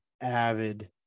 avid